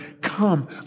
Come